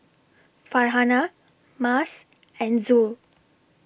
Farhanah Mas and Zul